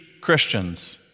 Christians